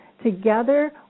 Together